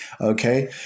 Okay